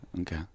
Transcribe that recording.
Okay